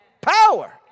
power